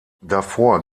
davor